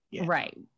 right